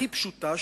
הכי פשוטה,